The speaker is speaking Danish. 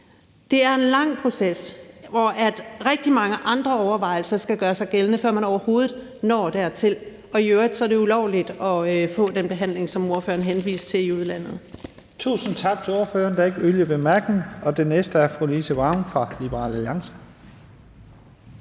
Det er en lang proces, hvor rigtig mange andre overvejelser skal gøre sig gældende, før man overhovedet når dertil, og i øvrigt er det ulovligt at få den behandling, som ordføreren henviste til i udlandet. Kl. 11:42 Første næstformand (Leif Lahn Jensen): Tusind tak til ordføreren. Der er ikke yderligere bemærkninger. Den næste er fru Louise Brown fra Liberal Alliance.